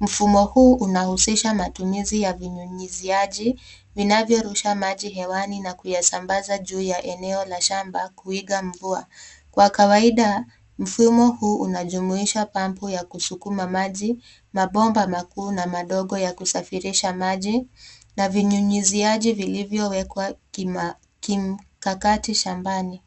Mfumo huu unahusisha matumizi ya vinyunyuziaji vinavyorusha maji hewani na kuyasambaza juu ya eneo la shamba kuiga mvua. Kwa kawaida, mfumo huu unajumuisha pampu ya kusukuma maji, mabomba makuu na madogo ya kusafirisha maji na vinyunyuziaji vilivyowekwa kima- kimkakati shambani.